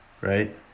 right